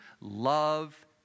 love